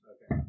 Okay